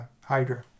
Hydra